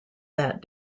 that